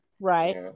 right